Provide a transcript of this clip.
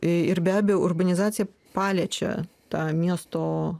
ir be abejo urbanizacija paliečia tą miesto